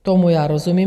Tomu já rozumím.